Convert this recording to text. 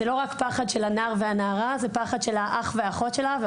זהו לא רק פחד של הנער והנערה; זהו הפחד של האח והאחות שלהם,